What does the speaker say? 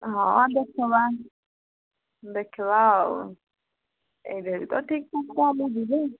ହଁ ଦେଖବା ଦେଖିବା ଆଉ ଏବେର ତ ଠିକ୍ଠାକ୍ ଚାଲିଛି ଯେ